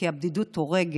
כי הבדידות הורגת,